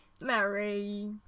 Mary